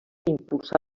impulsà